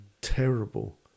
Terrible